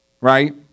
right